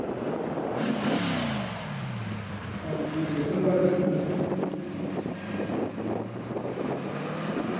हांजी बिल्कुल पर